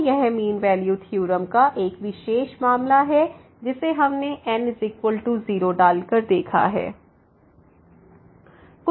तो यह mean value theorem का एक विशेष मामला है जिसे हमने n 0 डालकर देखा है